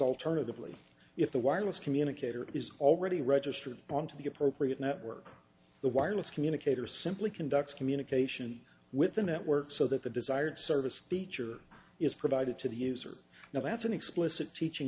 alternatively if the wireless communicator is already registered on to the appropriate network the wireless communicator simply conducts communication with the network so that the desired service speech or is provided to the user now that's an explicit teaching